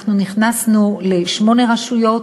אנחנו נכנסנו לשמונה רשויות.